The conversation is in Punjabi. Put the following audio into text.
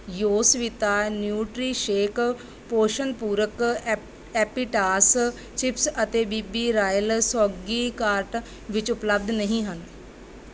ਯੋਸਵਿਤਾ ਨਿਊਟ੍ਰੀਸ਼ੇਕ ਪੋਸ਼ਣ ਪੂਰਕ ਐਪ ਐਪੀਟਾਸ ਚਿਪਸ ਅਤੇ ਬੀ ਬੀ ਰਾਇਲ ਸੌਗੀ ਕਾਰਟ ਵਿੱਚ ਉਪਲਬਧ ਨਹੀਂ ਹਨ